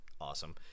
awesome